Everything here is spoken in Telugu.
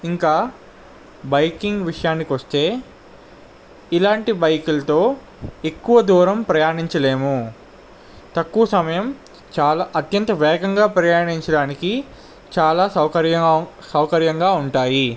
ఇంకా బైకింగ్ విషయమునకు వస్తే ఇలాంటి బైకులతో ఎక్కువ దూరం ప్రయాణించలేము తక్కువ సమయం చాల అత్యంత వేగముగా ప్రయాణించడానికి చాలా సౌకర్యం సౌకర్యముగా ఉంటాయి